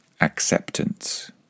acceptance